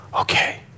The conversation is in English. okay